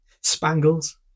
Spangles